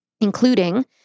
including